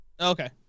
Okay